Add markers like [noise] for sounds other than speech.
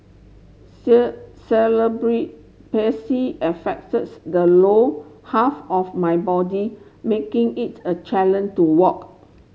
[unintelligible] affects the low half of my body making it a [unintelligible] to walk